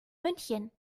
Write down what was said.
münchen